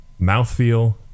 mouthfeel